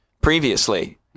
previously